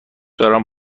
دارم